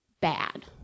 bad